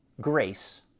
grace